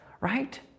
right